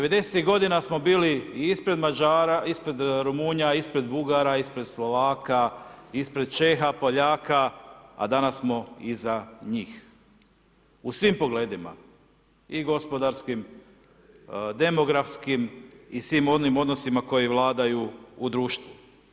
90.-tih godina smo bili ispred Mađara, ispred Rumunja, ispred Bugara, ispred Slovaka, ispred Čeha, Poljaka, a danas smo iza njih, u svim pogledima, i gospodarskim, demografskim i svim onim odnosima koji vladaju u društvu.